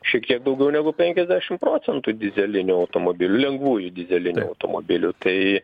šiek tiek daugiau negu penkiasdešim procentų dyzelinių automobilių lengvųjų dyzelinių automobilių tai